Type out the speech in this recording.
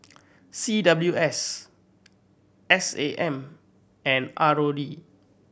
C W S S A M and R O D